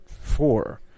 four